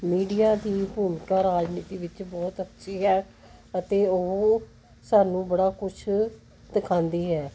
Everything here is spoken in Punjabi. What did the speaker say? ਮੀਡੀਆ ਦੀ ਭੂਮਿਕਾ ਰਾਜਨੀਤੀ ਵਿੱਚ ਬਹੁਤ ਅੱਛੀ ਹੈ ਅਤੇ ਉਹ ਸਾਨੂੰ ਬੜਾ ਕੁਛ ਦਿਖਾਉਂਦੀ ਹੈ